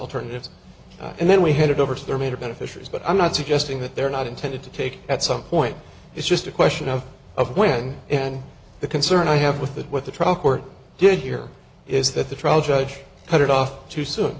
alternatives and then we headed over to their major beneficiaries but i'm not suggesting that they're not intended to take at some point it's just a question of of when and the concern i have with that what the trial court did here is that the trial judge cut it off too soon